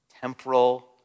temporal